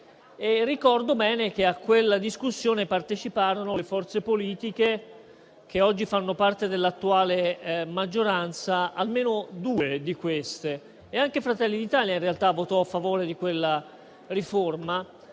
ricordo bene che a quella discussione parteciparono le forze politiche che oggi fanno parte dell'attuale maggioranza. Parteciparono almeno due di esse e anche Fratelli d'Italia, in realtà, votò a favore di quella riforma